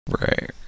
right